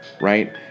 right